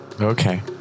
Okay